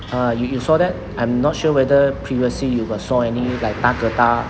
ah you you saw that I'm not sure whether previously you got saw any like 大哥大